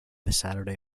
saturday